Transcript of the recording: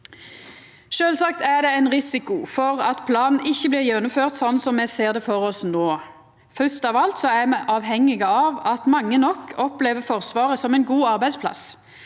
Sjølvsagt er det ein risiko for at planen ikkje blir gjennomført slik me ser det for oss no. Først av alt er me avhengige av at mange nok opplever Forsvaret som ein god arbeidsplass.